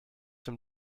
dem